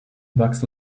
bucks